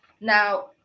Now